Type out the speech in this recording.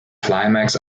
climax